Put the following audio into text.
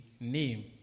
name